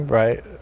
right